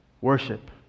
Worship